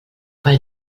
pel